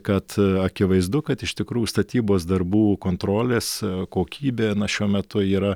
kad akivaizdu kad iš tikrųjų statybos darbų kontrolės kokybė na šiuo metu yra